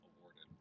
awarded